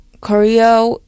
Korea